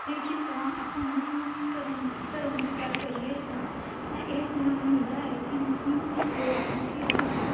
ਜੇ ਇਸੇ ਤਰ੍ਹਾਂ ਆਪਾਂ ਮੁਸਲਿਮ ਧਰਮ ਧਰਮ ਦੀ ਗੱਲ ਕਰੀਏ ਤਾਂ ਇਹ ਸੁਣਨ ਨੂੰ ਮਿਲਦਾ ਹੈ ਕਿ ਮੁਸਲਿਮ ਲੋਕ ਮਸੀਦ ਵਿੱਚ